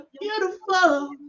beautiful